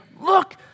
Look